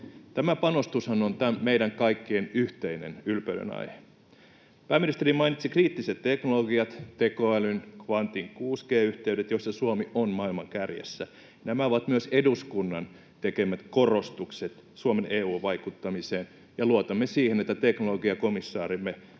Tämä panostushan on meidän kaikkien yhteinen ylpeyden aihe. Pääministeri mainitsi kriittiset teknologiat, tekoälyn, kvantin ja 6G-yhteydet, joissa Suomi on maailman kärjessä. Nämä ovat myös eduskunnan tekemät korostukset Suomen EU-vaikuttamiseen, ja luotamme siihen, että myöskin teknologiakomissaarimme